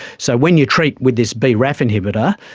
so when you treat with this braf inhibitor,